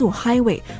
highway